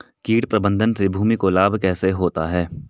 कीट प्रबंधन से भूमि को लाभ कैसे होता है?